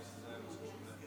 התקנון.